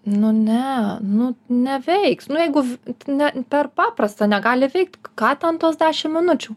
nu ne nu neveiks nu jeigu ne per paprasta negali veikt ką ten tos dešimt minučių